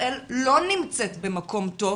ישראל לא נמצאת במקום טוב,